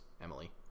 Emily